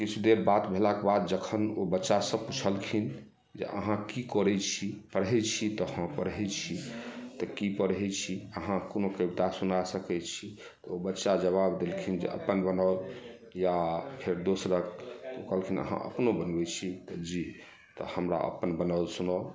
किछु देर बात भेलाक बाद जखन ओ बच्चा सऽ पुछलखिन जे अहाँ की करै छी पढ़ै छी तऽ हँ पढ़ै छी तऽ की पढ़ै छी अहाँ कोनो कविता सुना सकैत छी ओ बच्चा जवाब देलखिन जे अपन बनाओल या फेर दोसरक ओ कहलखिन अहाँ अपनो बनबै छी तऽ जी तऽ हमरा अपन बनाओल सुनाउ